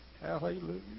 Hallelujah